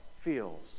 feels